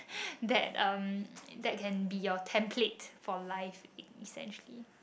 that um that can be your template for life essentially